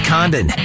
Condon